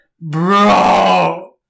Bro